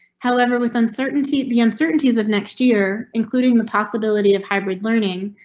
however, with uncertainty, the uncertainties of next year, including the possibility of hybrid learning,